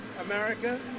America